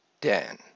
Dan